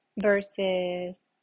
versus